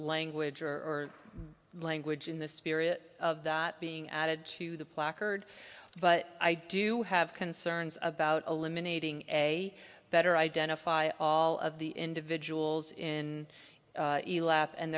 language or language in the spirit of being added to the placard but i do have concerns about eliminating a better identify all of the individuals in the lab and